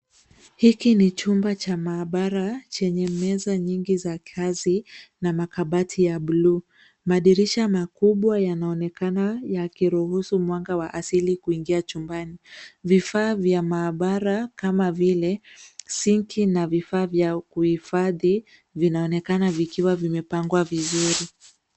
Hiki ni chumba cha maabara chenye meza nyingi za kazi na makabati ya bluu. Madirisha makubwa yanaonekana yakiruhusu mwanga wa asili kuingia chumbani. Vifaa vya maabara kama vile sinki na vifaa vya kuhifadhi vinaonekana vikiwa vimepangwa vizuri.